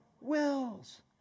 wills